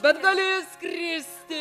bet gali skristi